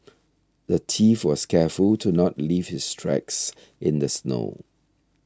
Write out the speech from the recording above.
the thief was careful to not leave his tracks in the snow